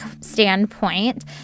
standpoint